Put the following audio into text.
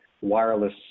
wireless